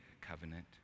covenant